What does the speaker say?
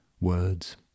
Words